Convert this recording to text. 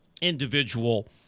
individual